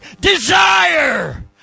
Desire